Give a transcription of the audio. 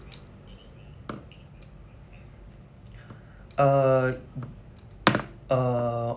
err err